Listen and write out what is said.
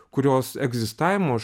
kurios egzistavimu aš